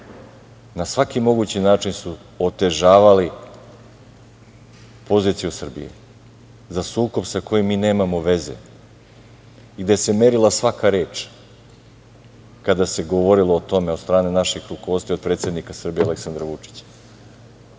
na svaki mogući način su otežavali poziciju Srbije, za sukob sa kojim mi nemamo veze i gde se merila svaka reč kada se govorilo o tome od strane našeg rukovodstva i od predsednika Aleksandra